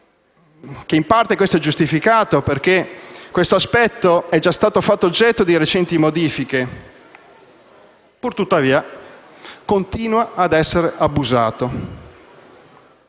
che in parte questo è giustificato, perché si tratta di un aspetto che è già stato fatto oggetto di recenti modifiche. Pur tuttavia, continua a essere abusato.